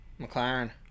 McLaren